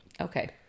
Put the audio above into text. Okay